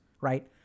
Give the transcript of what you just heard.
right